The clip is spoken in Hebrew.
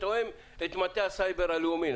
זה תואם את מטה הסייבר הלאומי.